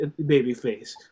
Babyface